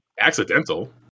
accidental